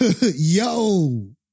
yo